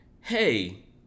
Hey